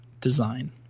design